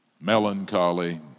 melancholy